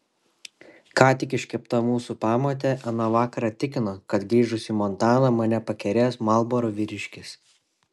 ką tik iškepta mūsų pamotė aną vakarą tikino kad grįžus į montaną mane pakerės marlboro vyriškis